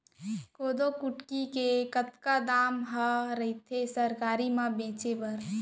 कोदो कुटकी के कतका दाम ह रइथे सरकारी म बेचे बर?